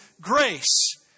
grace